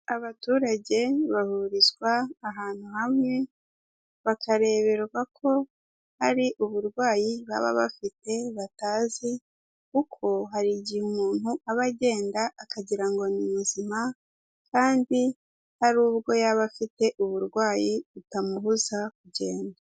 Abaturage bahurizwa ahantu hamwe, bakareberwa ko hari uburwayi baba bafite batazi kuko hari igihe umuntu aba agenda akagira ngo ni muzima, kandi hari ubwo yaba afite uburwayi butamubuza kugenda.